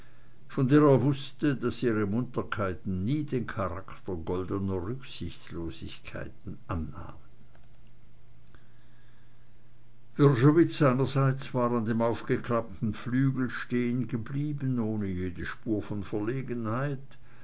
von der er wußte daß ihre munterkeiten nie den charakter goldener rücksichtslosigkeiten annahmen wrschowitz seinerseits war an dem aufgeklappten flügel stehengeblieben ohne jede spur von verlegenheit